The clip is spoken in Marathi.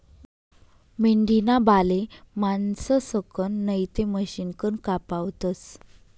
मेंढीना बाले माणसंसकन नैते मशिनकन कापावतस